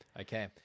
okay